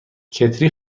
کتری